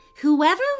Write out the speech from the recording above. Whoever